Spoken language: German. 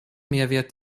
mehrwert